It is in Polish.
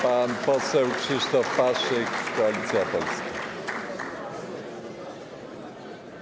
Pan poseł Krzysztof Paszyk, Koalicja Polska.